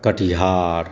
Katihar